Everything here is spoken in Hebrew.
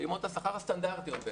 פעימות השכר הסטנדרטיות.